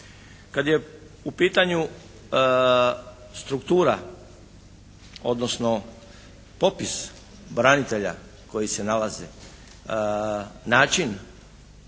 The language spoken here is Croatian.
Kada je u pitanju struktura, odnosno popis branitelja koji se nalazi, način